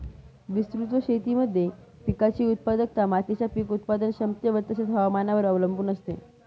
विस्तृत शेतीमध्ये पिकाची उत्पादकता मातीच्या पीक उत्पादन क्षमतेवर तसेच, हवामानावर अवलंबून असते